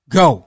go